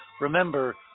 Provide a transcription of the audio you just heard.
remember